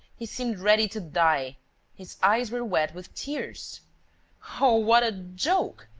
he seemed ready to die his eyes were wet with tears oh, what a joke!